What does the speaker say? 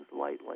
lightly